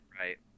Right